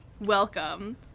welcome